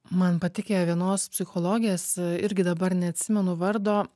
man patikę vienos psichologės irgi dabar neatsimenu vardo